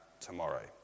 tomorrow